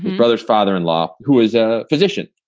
brother's father in law, who is a physician.